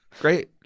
Great